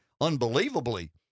unbelievably